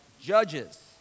Judges